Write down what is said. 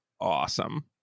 awesome